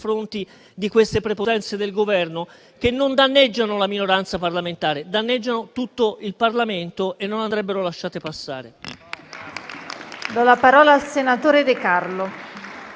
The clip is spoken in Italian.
confronti di queste prepotenze del Governo, che non danneggiano la minoranza parlamentare, ma tutto il Parlamento e non andrebbero lasciate passare.